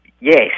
Yes